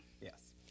Yes